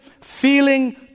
feeling